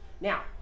Now